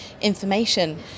information